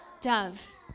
dove